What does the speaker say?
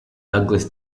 douglas